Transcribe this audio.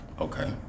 Okay